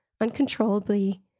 uncontrollably